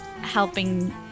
helping